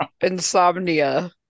insomnia